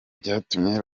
byatumye